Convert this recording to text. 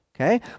okay